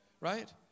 right